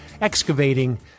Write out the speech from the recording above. excavating